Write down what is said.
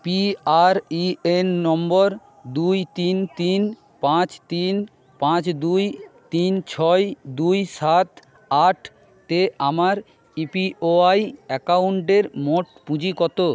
PREN নম্বর দুই তিন তিন পাঁচ তিন পাঁচ দুই তিন ছয় দুই সাত আটতে আমার ইপিওয়াই অ্যাকাউন্টের মোট পুঁজি কত